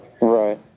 Right